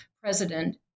president